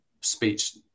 speech